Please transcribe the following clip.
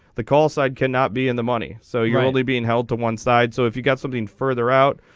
the call side cannot be in the money so you're only being held to one side so if you got something further out.